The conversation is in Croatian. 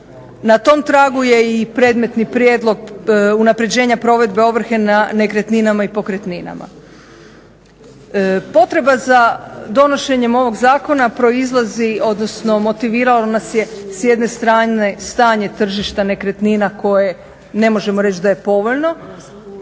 Na tom tragu je i predmetni prijedlog unapređenja provedbe ovrhe na nekretninama i pokretninama. Potreba za donošenjem ovog zakona proizlazi, odnosno motiviralo nas je s jedne strane stanje tržišta nekretnina koje ne možemo reći da je povoljno.